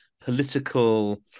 political